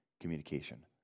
communication